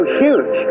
huge